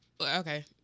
Okay